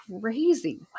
crazy